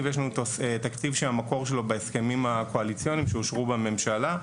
יש לנו תקציב שהמקור שלו בהסכמים הקואליציוניים שאושרו בממשלה.